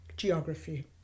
geography